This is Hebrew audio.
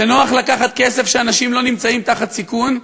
זה נוח לקחת כסף כשאנשים לא נמצאים תחת סיכון,